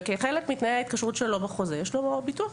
וכחלק מתנאי התקשרותו בחוזה יש לו ביטוח.